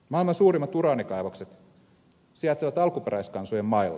maailman suurimmat uraanikaivokset sijaitsevat alkuperäiskansojen mailla